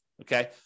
okay